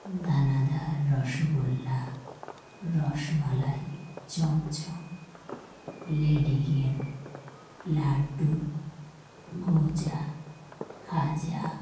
দানাদার রসগোল্লা রসমালাই চমচম লাড্ডু গজা খাজা